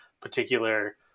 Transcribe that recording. particular